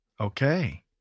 Okay